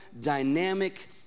dynamic